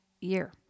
year